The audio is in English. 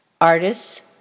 Artists